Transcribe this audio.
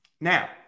now